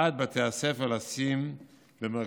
הנחה את בתי הספר לשים במרכז